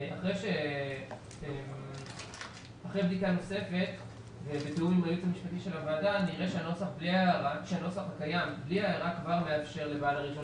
אחרי בדיקה נוספת ראינו שהנוסח הקיים בלי ההערה כבר מאפשר לבעל הרישיון